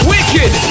Wicked